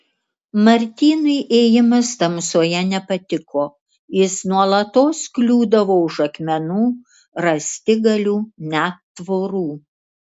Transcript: martynui ėjimas tamsoje nepatiko jis nuolatos kliūdavo už akmenų rąstigalių net tvorų